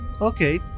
okay